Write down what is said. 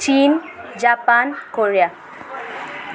Chin Japan Korea